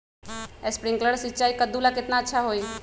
Sprinkler सिंचाई कददु ला केतना अच्छा होई?